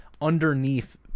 underneath